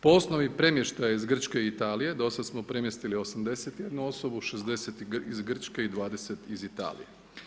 Po osnovi premještaja iz Grčke i Italije do sada smo premjestili 81 osobu, 60 iz Grčke i 20 iz Italije.